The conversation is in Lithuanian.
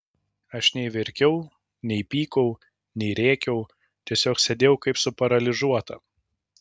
aš nei verkiau nei pykau nei rėkiau tiesiog sėdėjau kaip suparalyžiuota